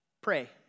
pray